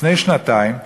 לפני שנתיים,